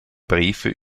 briefe